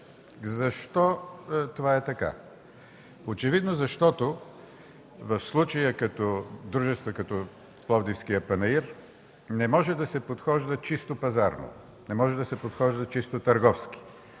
Защо това е така? Очевидно защото в случая за дружества като Пловдивския панаир не може да се подхожда чисто пазарно, не може да се подхожда чисто търговски.